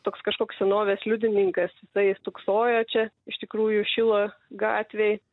toks kažkoks senovės liudininkas jisai stūksojo čia iš tikrųjų šilo gatvėj